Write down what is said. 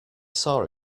saw